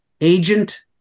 Agent